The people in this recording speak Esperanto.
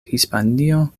hispanio